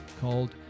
called